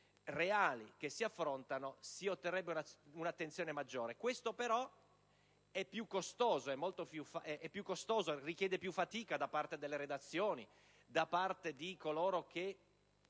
reali che si affrontano si otterrebbe un'attenzione maggiore. Questo però è più costoso e richiede una maggiore fatica da parte delle redazioni, da parte di coloro che